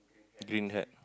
green hat